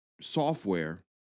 software